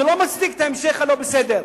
זה לא מצדיק את ההמשך הלא-בסדר.